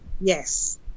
Yes